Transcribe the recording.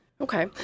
Okay